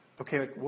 okay